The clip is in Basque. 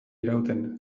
irauten